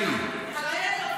מעולה.